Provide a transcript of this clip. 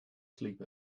sleep